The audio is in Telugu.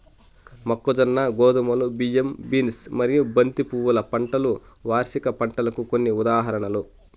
మొక్కజొన్న, గోధుమలు, బియ్యం, బీన్స్ మరియు బంతి పువ్వుల పంటలు వార్షిక పంటలకు కొన్ని ఉదాహరణలు